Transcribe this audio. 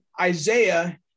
Isaiah